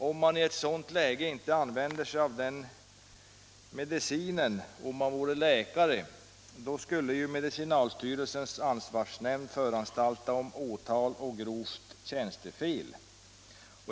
Om en läkare i ett sådant läge inte skulle använda sig av medicinen skulle socialstyrelsens ansvarsnämnd föranstalta om åtal för grovt tjänstefel.